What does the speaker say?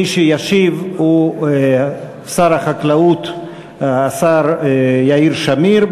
מי שישיב הוא שר החקלאות יאיר שמיר,